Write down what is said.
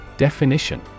Definition